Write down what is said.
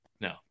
No